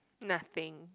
nothing